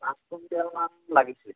পাঁচ কুইণ্টেলমান লাগিছিল